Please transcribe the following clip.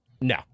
No